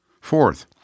Fourth